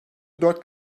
dört